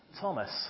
Thomas